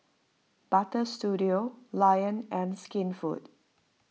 Butter Studio Lion and Skinfood